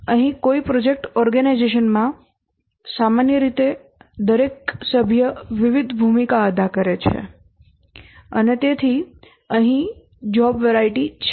તેથી અહીં કોઈ પ્રોજેક્ટ ઓર્ગેનાઇઝેશનમાં સામાન્ય રીતે દરેક સભ્ય વિવિધ ભૂમિકા અદા કરે છે અને તેથી અહીં કામની વિવિધતા છે